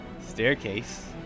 staircase